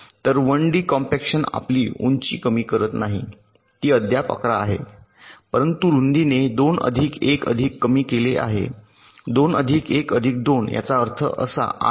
तर 1डी नंतर कॉम्पॅक्शन आपली उंची कमी करत नाही ती अद्याप 11 आहे परंतु रुंदीने 2 अधिक 1 अधिक कमी केले आहे 2 अधिक 1 अधिक 2 याचा अर्थ असा 8